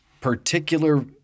particular